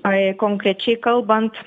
ai konkrečiai kalbant